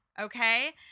Okay